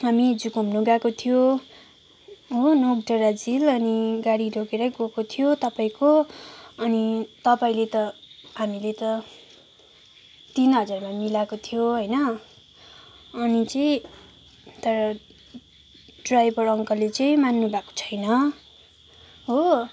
हामी हिजो घुम्नु गएको थियो हो नोकडाँडा झिल अनि गाडी लगेरै गएको थियो तपाईँको अनि तपाईँले त हामीले त तिन हजारमा मिलाएको थियो होइन अनि चाहिँ तर ड्राइभर अङ्कलले चाहिँ मान्नु भएको छैन हो